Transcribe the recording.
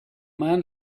man